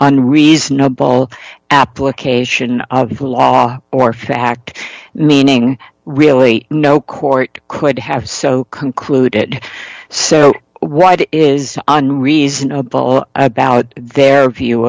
unreasonable application of law or fact meaning really no court could have so concluded so what is unreasonable about their view